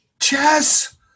chess